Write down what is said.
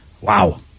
wow